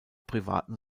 privaten